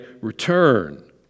return